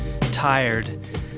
Tired